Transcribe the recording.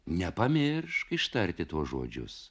nepamiršk ištarti tuos žodžius